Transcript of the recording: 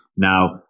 Now